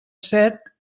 set